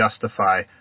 justify